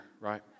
right